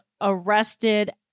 arrested